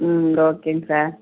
ம் ஓகேங்க சார்